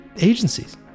agencies